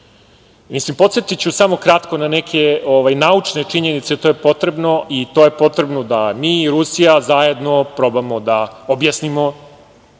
Gori. Podsetiću samo kratko na neke naučne činjenice, jer to je potrebno i to je potrebno da mi i Rusija zajedno probamo da objasnimo